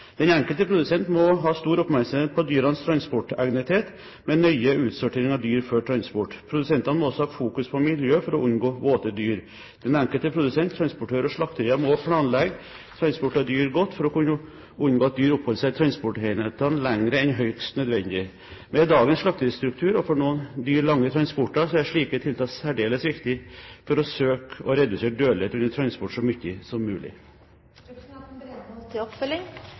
dyrenes transportegnethet, med nøye utsortering av dyr før transport. Produsentene må også ha fokus på miljø for å unngå våte dyr. Den enkelte produsent, transportører og slakterier må planlegge transport av dyr godt for å unngå at dyr oppholder seg i transportenhetene lenger enn høyst nødvendig. Med dagens slakteristruktur, og for noen dyr lange transporter, er slike tiltak særdeles viktig for å søke å redusere dødelighet under transport så mye som